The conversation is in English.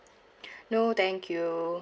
no thank you